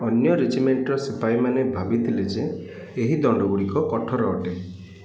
ଅନ୍ୟ ରେଜିମେଣ୍ଟ୍ର ସିପାହୀମାନେ ଭାବିଥିଲେ ଯେ ଏହି ଦଣ୍ଡଗୁଡ଼ିକ କଠୋର ଅଟେ